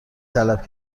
طلب